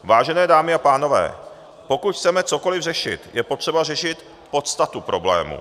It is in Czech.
Vážené dámy a pánové, pokud chceme cokoli řešit, je potřeba řešit podstatu problému.